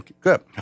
good